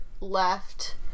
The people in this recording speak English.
left